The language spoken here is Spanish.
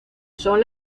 son